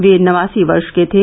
वह नवासी वर्ष के थे